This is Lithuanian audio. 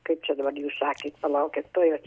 kaip čia dabar dvišakiai palaukit tuoj